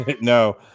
No